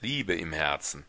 liebe im herzen